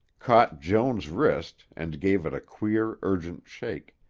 caught joan's wrist and gave it a queer, urgent shake,